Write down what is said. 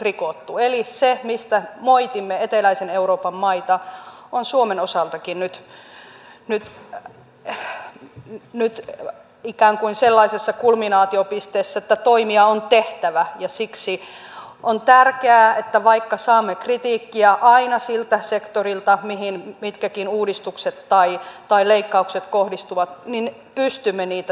se mistä moitimme eteläisen euroopan maita on suomen osaltakin nyt ikään kuin sellaisessa kulminaatiopisteessä että toimia on tehtävä ja siksi on tärkeää että vaikka saamme kritiikkiä aina siltä sektorilta mihin mitkäkin uudistukset tai leikkaukset kohdistuvat niin pystymme niitä tekemään